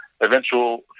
eventual